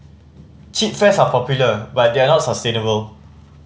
cheap fares are popular but they are not sustainable